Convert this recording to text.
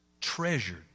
treasured